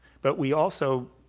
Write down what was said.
but we also